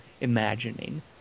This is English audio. imagining